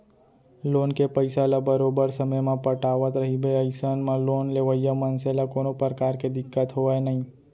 loan के पइसा ल बरोबर समे म पटावट रहिबे अइसन म लोन लेवइया मनसे ल कोनो परकार के दिक्कत होवय नइ